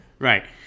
Right